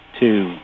two